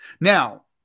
Now